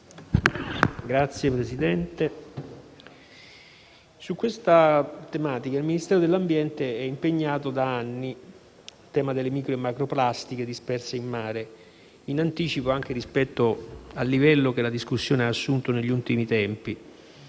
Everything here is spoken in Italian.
Signor Presidente, il Ministero dell'ambiente è impegnato da anni sul tema delle micro e macroplastiche disperse in mare, in anticipo anche rispetto al livello che la discussione ha assunto negli ultimi tempi.